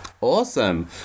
Awesome